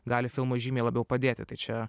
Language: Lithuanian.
gali filmui žymiai labiau padėti tai čia